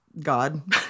God